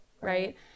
right